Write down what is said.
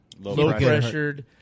low-pressured